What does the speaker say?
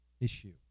issue